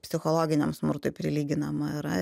psichologiniam smurtui prilyginama yra